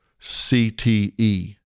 CTE